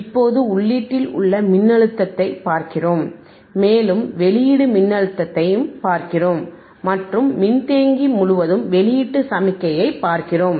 இப்போது உள்ளீட்டில் உள்ள மின்னழுத்தத்தைப் பார்க்கிறோம் மேலும் வெளியீடு மின்னழுத்தத்தைப் பார்க்கிறோம் மற்றும் மின்தேக்கி முழுவதும் வெளியீட்டு சமிக்ஞையைப் பார்க்கிறோம்